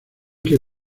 que